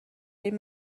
این